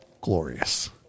glorious